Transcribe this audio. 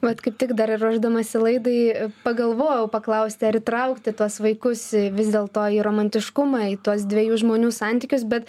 vat kaip tik dar ir ruošdamasi laidai pagalvojau paklausti ar įtraukti tuos vaikus vis dėlto į romantiškumą į tuos dviejų žmonių santykius bet